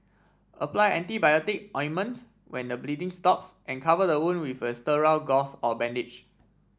apply antibiotic ointment when the bleeding stops and cover the wound with a sterile gauze or bandage